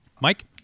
mike